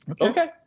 Okay